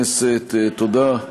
תודה,